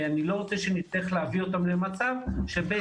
אני לא רוצה שנצטרך להביא אותם למצב שבית